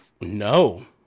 No